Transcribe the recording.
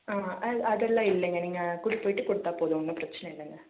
அது அதெல்லாம் இல்லைங்க நீங்கள் குடி போய்விட்டு கொடுத்தா போதும் ஒன்றும் பிரச்சின இல்லைங்க